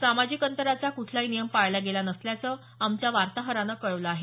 सामाजिक अंतराचे कुठलेही नियम पाळले गेले नसल्याचं आमच्या वार्ताहरानं कळवलं आहे